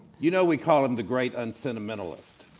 you know we call it the great unsentimentalist.